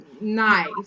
nice